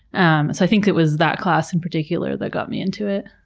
um so i think it was that class in particular that got me into it.